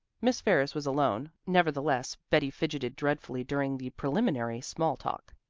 miss ferris was alone nevertheless betty fidgeted dreadfully during the preliminary small-talk.